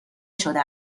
شده